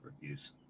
reviews